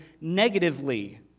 negatively